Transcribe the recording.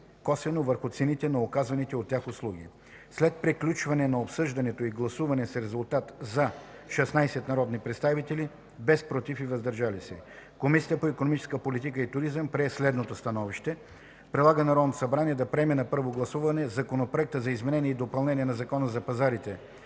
косвено върху цените на оказваните от тях услуги. След приключване на обсъждането и гласуване с резултати: „за” 16 народни представители, без „против и „въздържали се”, Комисията по икономическа политика и туризъм прие следното становище: Предлага на Народното събрание да приеме на първо гласуване Законопроект за изменение и допълнение на Закона за пазарите